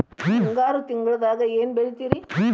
ಮುಂಗಾರು ತಿಂಗಳದಾಗ ಏನ್ ಬೆಳಿತಿರಿ?